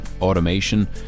automation